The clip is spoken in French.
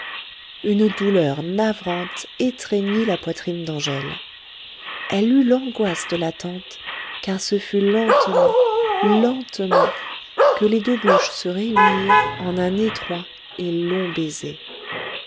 une douleur navrante étreignit la poitrine d'angèle elle eut l'angoisse de l'attente car ce fut lentement lentement que les deux bouches se réunirent en un étroit et long baiser